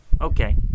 Okay